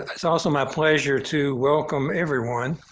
it's also my pleasure to welcome everyone,